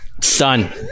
Son